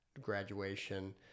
graduation